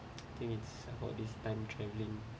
I think it's about this time travel